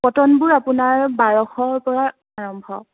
কটনবোৰ আপোনাৰ বাৰশৰ পৰা আৰম্ভ